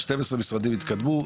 12 המשרדים התקדמו,